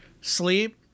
sleep